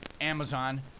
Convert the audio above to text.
Amazon